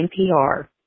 NPR